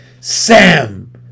Sam